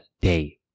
day